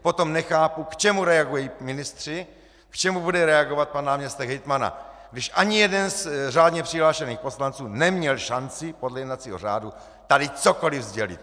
Potom nechápu, k čemu reagují ministři, k čemu bude reagovat pan náměstek hejtmana, když ani jeden z řádně přihlášených poslanců neměl šanci podle jednacího řádu tady cokoliv sdělit.